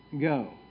go